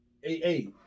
hey